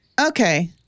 okay